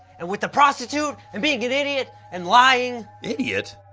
and with the prostitute and being an idiot, and lying. idiot?